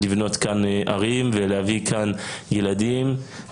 לבנות כאן ערים ולהביא לכאן ילדים.